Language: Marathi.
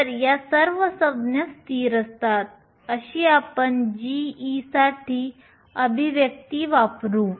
तर या सर्व संज्ञा स्थिर असतात अशी आपण g साठी अभिव्यक्ती वापरू